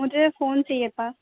مجھے فون چاہیے تھا